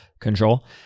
control